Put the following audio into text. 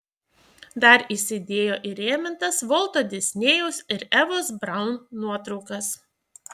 dar įsidėjo įrėmintas volto disnėjaus ir evos braun nuotraukas